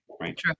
right